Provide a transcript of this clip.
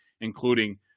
including